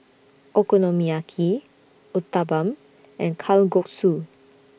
Okonomiyaki Uthapam and Kalguksu